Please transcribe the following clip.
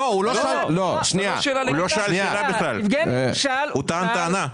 לא, הוא טען טענה.